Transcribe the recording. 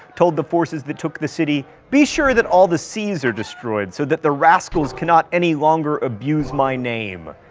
told the forces that took the city, be sure that all the cs are destroyed, so that the rascals cannot any longer abuse my name.